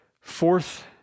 Fourth